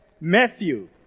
Matthew